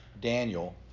Daniel